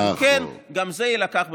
אם כן, גם זה יילקח בחשבון.